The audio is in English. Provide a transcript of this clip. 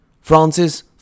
Francis